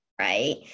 Right